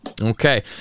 Okay